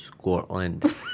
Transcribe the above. Scotland